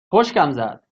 خشکم